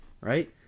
right